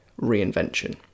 reinvention